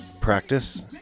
practice